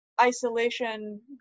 isolation